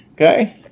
Okay